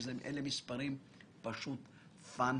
שאלה מספרים פשוט פנטסטיים.